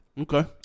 Okay